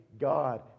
God